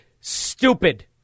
stupid